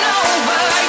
over